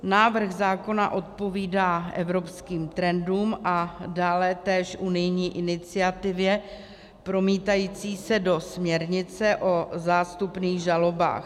Návrh zákona odpovídá evropským trendům a dále též unijní iniciativě promítající se do směrnice o zástupných žalobách.